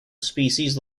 species